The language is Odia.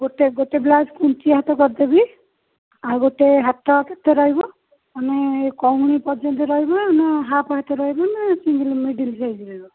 ଗୋଟେ ଗୋଟେ ବ୍ଲାଉଜ୍ କୁଞ୍ଚି ହାତ କରିଦେବି ଆଉ ଗୋଟେ ହାତ କେତେ ରହିବ ମାନେ କହୁଣି ପର୍ଯ୍ୟନ୍ତ ରହିବ ନା ହାପ୍ ହାତ ରହିବ ନା ସିଙ୍ଗଲ୍ ମିଡ଼ିଲ୍ ସାଇଜ଼୍ ରହିବ